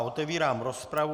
Otevírám rozpravu.